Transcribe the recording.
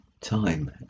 time